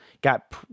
Got